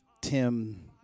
Tim